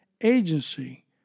agency